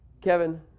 Kevin